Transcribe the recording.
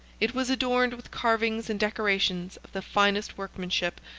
it was adorned with carvings and decorations of the finest workmanship,